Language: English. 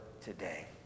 today